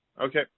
Okay